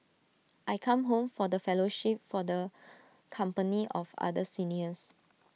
I come home for the fellowship for the company of other seniors